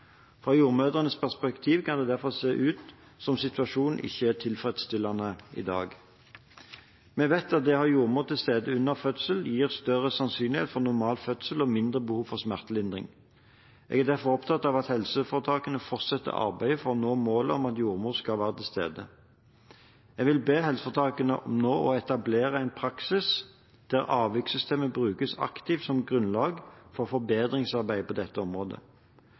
Fra jordmødrenes perspektiv kan det derfor se ut som om situasjonen ikke er tilfredsstillende i dag. Vi vet at det å ha jordmor til stede under fødselen gir større sannsynlighet for normal fødsel og mindre behov for smertelindring. Jeg er derfor opptatt av at helseforetakene fortsetter arbeidet for å nå målet om at jordmor skal være til stede. Jeg vil be helseforetakene nå om å etablere en praksis der avvikssystemet brukes aktivt som grunnlag for forbedringsarbeidet på dette området.